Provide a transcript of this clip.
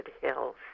Hills